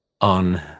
on